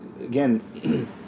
again